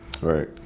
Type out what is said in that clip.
Right